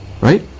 right